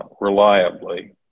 reliably